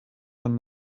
one